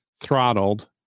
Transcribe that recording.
throttled